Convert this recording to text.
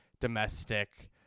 domestic